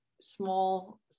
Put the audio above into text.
small